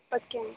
okay